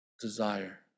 desire